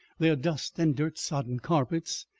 their dust and dirt-sodden carpets,